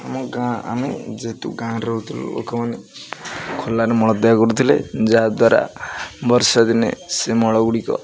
ଆମ ଗାଁ ଆମେ ଯେହେତୁ ଗାଁରେ ରହୁଥିଲୁ ଲୋକମାନେ ଖୋଲାରେ ମଳ ତ୍ୟାଗ କରୁଥିଲେ ଯାହାଦ୍ୱାରା ବର୍ଷାଦିନେ ସେ ମଳ ଗୁଡ଼ିକ